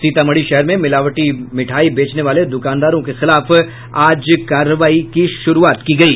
सीतामढ़ी शहर में मिलावटी मिठाई बेचने वाले दुकानदारों के खिलाफ आज कार्रवाई की शुरूआत की गयी